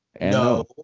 no